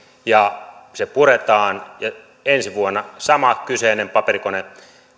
ja se puretaan ja ensi vuonna sama kyseinen paperikone